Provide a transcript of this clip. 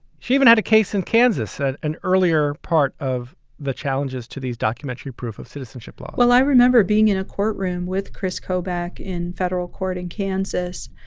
she even had a case in kansas at an earlier part of the challenges to these documentary proof of citizenship law well, i remember being in a courtroom with kris kobach in federal court in kansas,